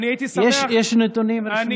ואני הייתי שמח, יש נתונים רשמיים?